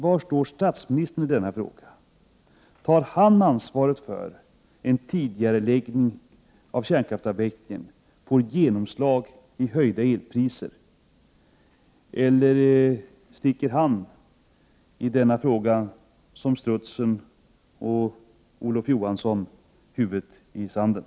Var står statsministern i denna fråga? Tar han ansvaret om en tidigareläggning av kärnkraftsavvecklingen får genomslag i form av höjda elpriser, eller sticker han i denna fråga så som strutsen och Olof Johansson huvudet i sanden?